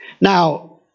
Now